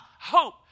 hope